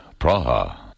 Praha